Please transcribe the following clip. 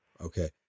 Okay